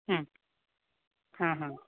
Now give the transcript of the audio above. ಹ್ಞೂ ಹಾಂ ಹಾಂ